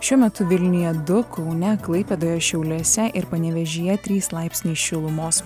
šiuo metu vilniuje du kaune klaipėdoje šiauliuose ir panevėžyje trys laipsniai šilumos